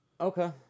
Okay